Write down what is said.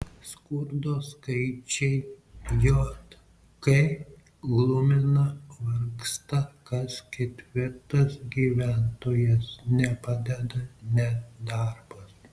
skurdo skaičiai jk glumina vargsta kas ketvirtas gyventojas nepadeda net darbas